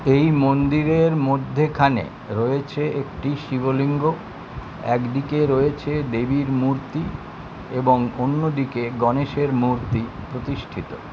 এই মন্দিরের মধ্যেখানে রয়েছে একটি শিবলিঙ্গ এক দিকে রয়েছে দেবীর মূর্তি এবং অন্য দিকে গণেশের মূর্তি প্রতিষ্ঠিত